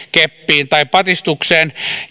keppiin tai patistukseen